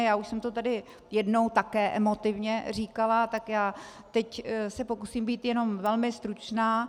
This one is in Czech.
Já už jsem to tady jednou také emotivně říkala, tak se teď pokusím být jen velmi stručná.